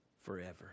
forever